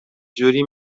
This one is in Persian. جوری